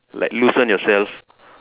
like loosen yourself